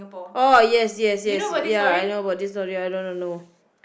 oh yes yes yes ya I know about this story I don't wanna know